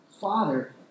Father